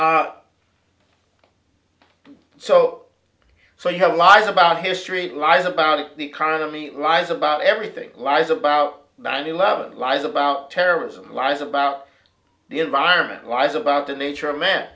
so so your lies about history lies about the economy rise about everything lies about nine eleven lies about terrorism lies about the environment lies about the nature of man